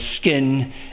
skin